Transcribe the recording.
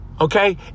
okay